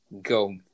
go